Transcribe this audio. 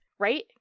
Right